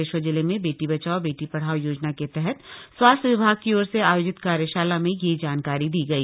बागेश्वर जिले में बेटी बचाओ बेटी पढ़ाओ योजना के तहत स्वास्थ्य विभाग की ओर से आयोजित कार्यशाला में यह जानकारी दी गई